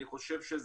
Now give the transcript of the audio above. אני חושב שזה